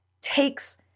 takes